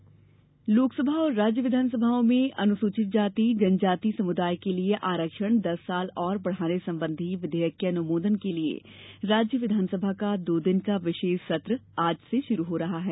विघानसभा लोकसभा और राज्य विधानसभाओं में अनुसूचित जाति जनजाति समुदाय के लिए आरक्षण दस वर्ष और बढ़ाने संबंधी विधेयक के अनुमोदन के लिए राज्य विधानसभा का दो दिन का विशेष सत्र आज शुरू हो रहा है